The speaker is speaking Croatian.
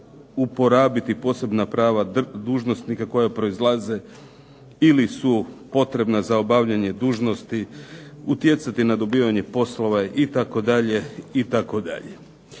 zlouporabiti posebna prava dužnosnika koja proizlaze ili su potrebna za obavljanje dužnosti, utjecati na obavljanje poslove itd.